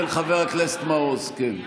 חבר הכנסת מעוז, כן.